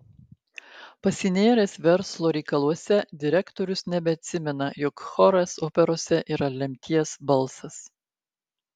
pasinėręs verslo reikaluose direktorius nebeatsimena jog choras operose yra lemties balsas